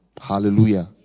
Hallelujah